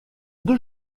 deux